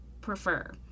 prefer